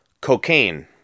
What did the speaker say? cocaine